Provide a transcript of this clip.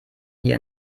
hier